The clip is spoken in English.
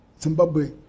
Zimbabwe